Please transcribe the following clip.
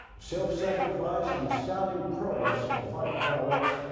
self-sacrifice and astounding prowess of the fighter pilots,